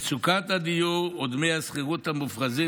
מצוקת הדיור או דמי השכירות המופרזים